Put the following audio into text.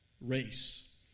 race